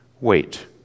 wait